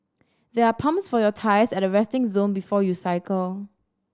there are pumps for your tyres at the resting zone before you cycle